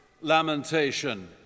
lamentation